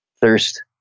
thirst